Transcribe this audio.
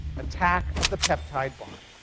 attack of the peptide bond.